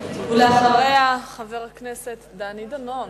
אחריה, חבר הכנסת דני דנון,